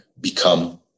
become